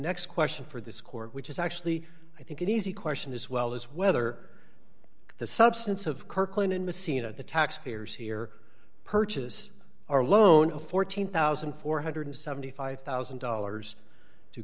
next question for this court which is actually i think an easy question as well is whether the substance of kirkland and messina the taxpayers here purchase our loan of fourteen thousand and four one hundred and seventy five thousand dollars to